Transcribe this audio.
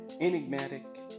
enigmatic